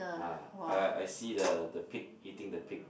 ah uh I see the the pig eating the pig